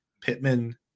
Pittman